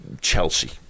Chelsea